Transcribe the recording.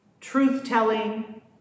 truth-telling